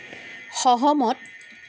সহমত